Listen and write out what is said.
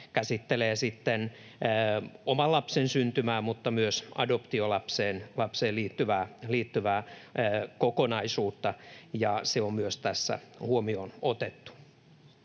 sitten oman lapsen syntymää mutta myös adoptiolapseen liittyvää kokonaisuutta, ja se on myös tässä huomioon otettu.